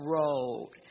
road